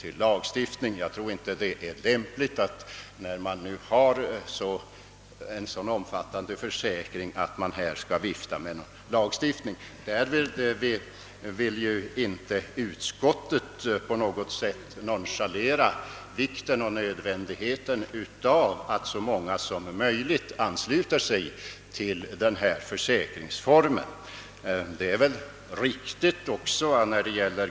Med hänsyn till att det redan finns en så pass omfattande försäkringsform tror jag inte att det är lämpligt att här vifta med en lagstiftning. Därmed vill inte utskottet på något sätt nonchalera vikten och nödvändigheten av att så många som möjligt ansluter sig till denna form av försäkring.